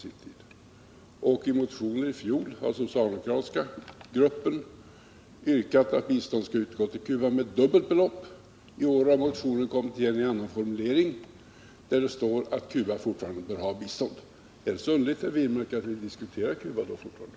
I en motion i fjol från den socialdemokratiska gruppen yrkade man att biståndet till Cuba skulle utgå med dubbelt belopp. I år har motionen kommit igen med andra formuleringar, men det står fortfarande att Cuba bör få bistånd från oss. Är det då så underligt, herr Wirmark, att vi diskuterar Cuba här i dag?